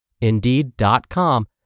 Indeed.com